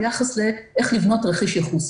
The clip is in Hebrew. ביחס לאיך לבנות תרחיש ייחוס.